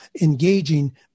engaging